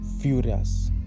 furious